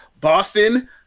Boston